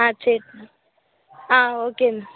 ஆ சரி ஆ ஓகேங்க